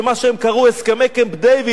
ומה שהם קראו הסכמי קמפ-דייוויד,